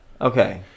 Okay